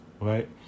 right